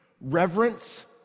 reverence